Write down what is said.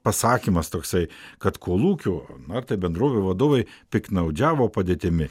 pasakymas toksai kad kolūkių na ar tai bendrovių vadovai piktnaudžiavo padėtimi